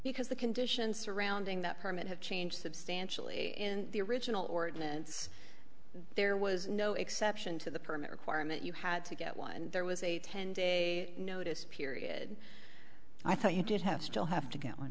because the conditions surrounding that permit have changed substantially in the original ordinance there was no exception to the permit requirement you had to get one and there was a ten day notice period i thought you did have still have to g